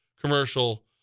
commercial